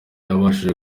wabashije